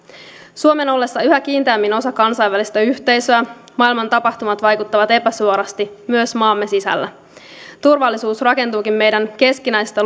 suomen ollessa yhä kiinteämmin osa kansainvälistä yhteisöä maailman tapahtumat vaikuttavat epäsuorasti myös maamme sisällä turvallisuus rakentuukin meidän keskinäisestä